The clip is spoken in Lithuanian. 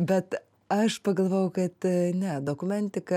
bet aš pagalvojau kad ne dokumentika